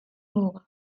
muga